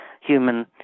human